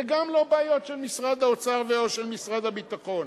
וגם לא בעיות של משרד האוצר ו/או של משרד הביטחון.